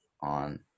on